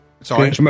Sorry